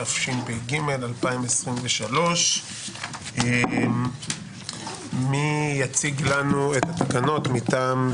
תשפ"ג 2023. מי יציג לנו את התקנות מטעם?